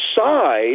side